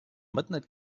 midnight